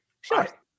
Sure